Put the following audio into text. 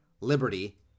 liberty